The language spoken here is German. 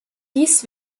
dies